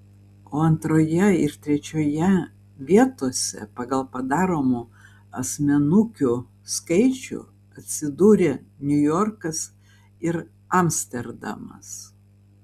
o antroje ir trečioje vietose pagal padaromų asmenukių skaičių atsidūrė niujorkas ir amsterdamas